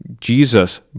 Jesus